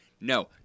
No